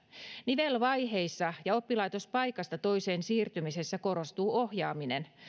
nivelvaiheissa ja oppilaitospaikasta toiseen siirtymisessä korostuu ohjaaminen